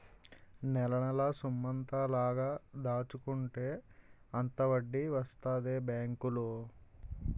నెలనెలా సొమ్మెంత లాగ దాచుకుంటే అంత వడ్డీ వస్తదే బేంకులో